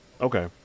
okay